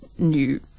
new